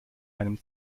einem